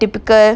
typical